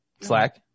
Slack